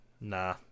Nah